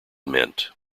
meant